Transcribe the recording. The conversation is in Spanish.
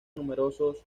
numerosos